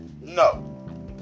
No